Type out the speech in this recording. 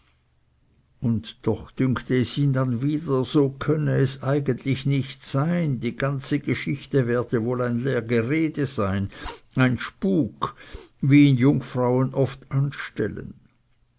und doch dünkte es ihn dann wieder so könne es eigentlich nicht sein die ganze geschichte werde wohl ein leer gerede sein ein spuk wie ihn jungfrauen oft anstellen